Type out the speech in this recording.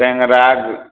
टेङ्गरा